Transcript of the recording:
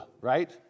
right